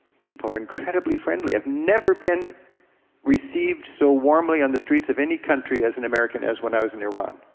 people are incredibly friendly. i've never been received so warmly on the streets of any country as an american as when i was in iran.